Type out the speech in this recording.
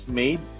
made